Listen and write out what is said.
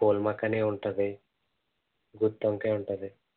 pool మక్కాని ఉంటుంది గుత్తొంకాయ ఉంటుంది